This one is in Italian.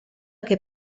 che